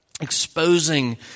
exposing